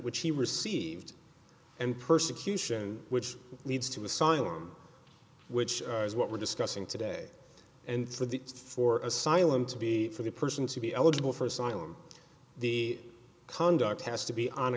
which he received and persecution which needs to asylum which is what we're discussing today and for the for asylum to be for the person to be eligible for asylum the conduct has to be on